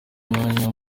umwanya